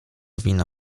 wina